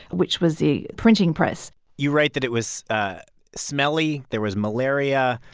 which was the printing press you write that it was smelly. there was malaria,